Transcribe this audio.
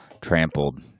trampled